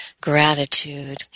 gratitude